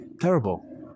terrible